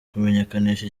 kumenyekanisha